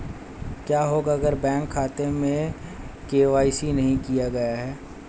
क्या होगा अगर बैंक खाते में के.वाई.सी नहीं किया गया है?